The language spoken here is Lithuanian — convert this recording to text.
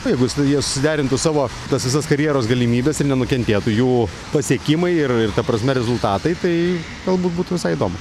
tai jeigu jis jie suderintų savo tas visas karjeros galimybes ir nenukentėtų jų pasiekimai ir ir ta prasme rezultatai tai galbūt būtų visai įdomu